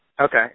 Okay